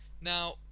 Now